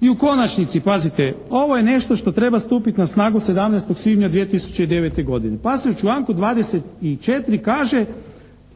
I u konačnici, pazite ovo je nešto što treba stupiti na snagu 17. svibnja 2009. godine pa se u članku 24. kaže